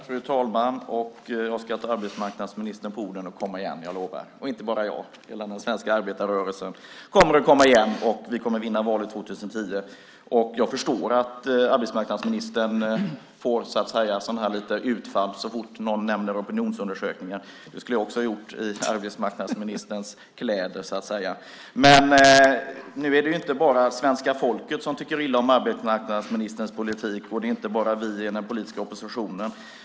Fru talman! Jag ska ta arbetsmarknadsministern på orden och komma igen. Jag lovar. Och inte bara jag, den svenska arbetarrörelsen kommer att komma igen, och vi kommer att vinna valet 2010. Jag förstår att arbetsmarknadsministern gör sådana här utfall så fort någon nämner opinionsundersökningar. Det skulle jag också ha gjort i arbetsmarknadsministerns kläder. Men nu är det inte bara svenska folket som tycker illa om arbetsmarknadsministerns politik och det är inte bara vi i den politiska oppositionen.